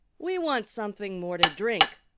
we want something more to drink.